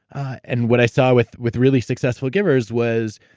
and what i saw with with really successful givers was,